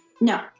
no